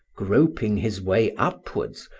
groping his way upwards,